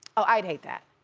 oh i'd hate that.